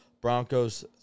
Broncos